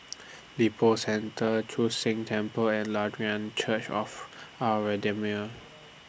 Lippo Centre Chu Sheng Temple and Lutheran Church of Our Redeemer